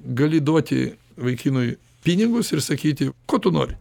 gali duoti vaikinui pinigus ir sakyti ko tu nori